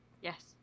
Yes